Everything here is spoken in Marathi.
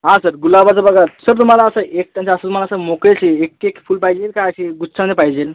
हां सर गुलाबाचं बघा सर तुम्हाला असं एक तर जर असं तुम्हाला असं मोकळंच एक एक फूल पाहिजे का अशी गुच्छानं पाहिजे